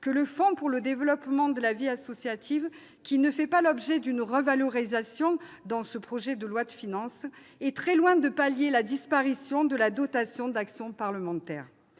que le Fonds pour le développement de la vie associative, qui ne fait pas l'objet d'une revalorisation dans ce projet de loi de finances, est très loin de pallier la disparition de la dotation d'action parlementaire.